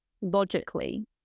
logically